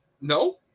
no